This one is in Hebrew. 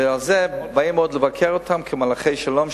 ועל זה עוד באים לבקר אותם כמלחי שלום,